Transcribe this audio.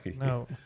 No